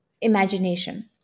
imagination